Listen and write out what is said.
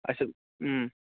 اَسہِ